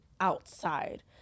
outside